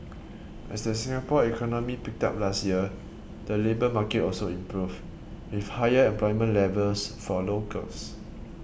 as the Singapore economy picked up last year the labour market also improved with higher employment levels for locals